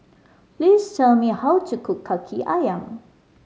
please tell me how to cook Kaki Ayam